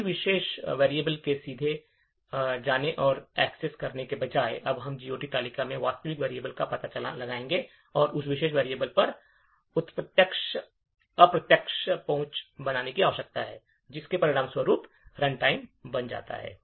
किसी विशेष variable को सीधे जाने और एक्सेस करने के बजाय अब हमें GOT तालिका से वास्तविक variable का पता लगाने और फिर उस विशेष variable पर अप्रत्यक्ष पहुंच बनाने की आवश्यकता है जिसके परिणामस्वरूप रनटाइम बढ़ जाता है